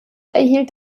erhielt